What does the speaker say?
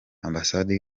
ambasade